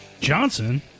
Johnson